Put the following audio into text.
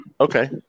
Okay